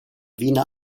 wiener